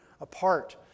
apart